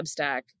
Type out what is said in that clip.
Substack